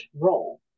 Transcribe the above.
role